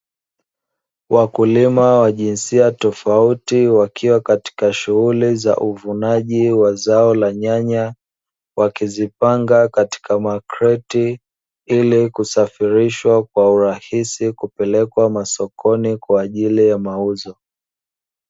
Wakulima wa jinsia tofauti wakiwa katika shughuli za uvunaji wa zao la nyanya, wakizipanga katika makreti ili kusafirishwa kwa urahisi kupelekwa masokoni kwa ajili ya mauzo.